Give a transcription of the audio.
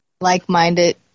like-minded